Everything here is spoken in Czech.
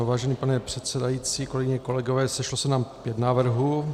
Vážený pane předsedající, kolegyně, kolegové, sešlo se nám pět návrhů.